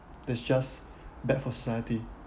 that's just bad for society